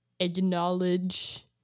acknowledge